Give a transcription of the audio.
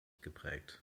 geprägt